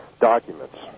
documents